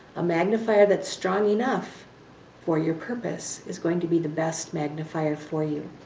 a magnifier that's strong enough for your purpose is going to be the best magnifier for you.